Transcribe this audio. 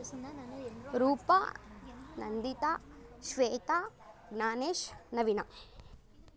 Roopa Nandita Shweta Gnanesh Naveen